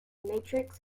matrix